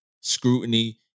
scrutiny